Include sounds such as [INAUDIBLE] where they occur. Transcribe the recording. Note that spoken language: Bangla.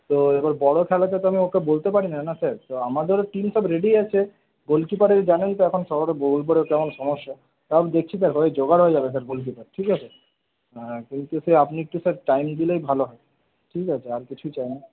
তো এবার বড়ো খেলাতে তো আমি ওকে বলতে পারি না না স্যার তো আমাদেরও টিম সব রেডি আছে গোলকিপারের জানেন তো এখন শহরে [UNINTELLIGIBLE] কেমন সমস্যা তাও দেখছি স্যার হয়ে জোগাড় হয়ে যাবে স্যার গোলকিপার ঠিক আছে কিন্তু স্যার আপনি একটু স্যার টাইম দিলেই ভালো হয় ঠিক আছে আর কিছুই চাই না